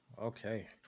Okay